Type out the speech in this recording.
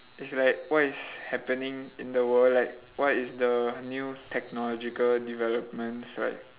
is like what is happening in the world like what is the new technological developments right